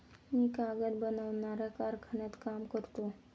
मी कागद बनवणाऱ्या कारखान्यात काम करतो